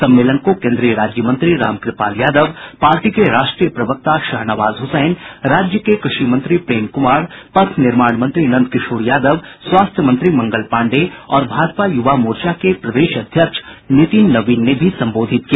सम्मेलन को केंद्रीय राज्य मंत्री रामकृपाल यादव पार्टी के राष्ट्रीय प्रवक्ता शहनवाज हुसैन राज्य के कृषि मंत्री प्रेम कुमार पथ निर्माण मंत्री नंदकिशोर यादव स्वास्थ्य मंत्री मंगल पांडेय और भाजपा युवा मोर्चा के प्रदेश अध्यक्ष नितिन नवीन ने भी संबोधित किया